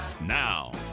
Now